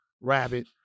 rabbit